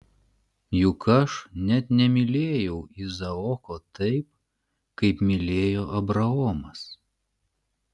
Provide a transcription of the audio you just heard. juk aš net nemylėjau izaoko taip kaip mylėjo abraomas